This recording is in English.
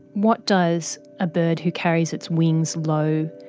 what does a bird who carries its wings low,